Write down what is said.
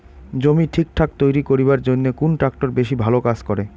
জমি ঠিকঠাক তৈরি করিবার জইন্যে কুন ট্রাক্টর বেশি ভালো কাজ করে?